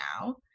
now